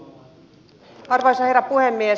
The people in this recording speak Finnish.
arvoisa herra puhemies